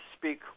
speak